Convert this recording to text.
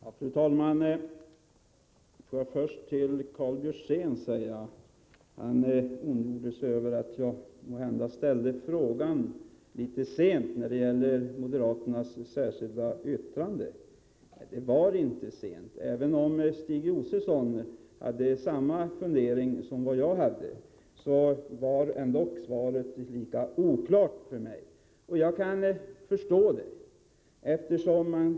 Fru talman! Jag vill först säga följande till Karl Björzén, som ondgjorde sig över att jag litet sent ställde min fråga om moderaternas särskilda yttrande. Nej, det var inte sent. Jag vill framhålla att Stig Josefson hade samma fundering som jag. Ändå framstod svaret lika oklart för mig. Jag kan dock ha viss förståelse i detta sammanhang.